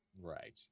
right